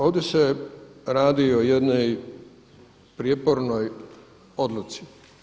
Ovdje se radi o jednoj prijepornoj odluci.